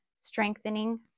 strengthening